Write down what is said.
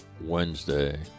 Wednesday